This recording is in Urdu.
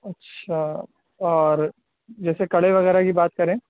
اچھا اور جیسے کڑے وغیرہ کی بات کریں